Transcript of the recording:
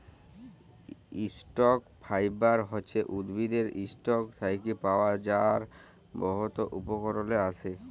stock fibre হছে উদ্ভিদের ইসটক থ্যাকে পাওয়া যার বহুত উপকরলে আসে